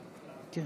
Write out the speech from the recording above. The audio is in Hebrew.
כן,